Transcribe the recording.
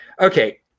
Okay